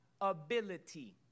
ability